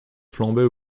flambait